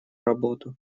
работу